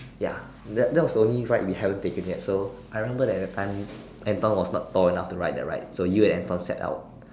ya that that was only ride we haven't taken yet so I remember that the time Anthon was not tall enough to ride that ride so you and Anthon set out